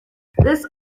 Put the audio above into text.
this